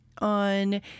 on